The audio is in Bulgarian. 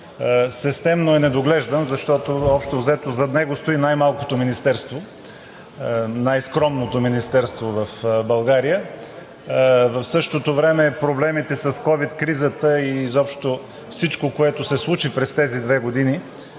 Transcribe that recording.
системно е недоглеждан, защото общо взето зад него стои най-малкото министерство, най-скромното министерство в България. В същото време проблемите с ковид кризата и изобщо всичко, което се случи през тези две години,